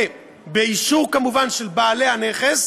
תודה, מכובדי היושב-ראש,